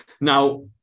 now